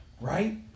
Right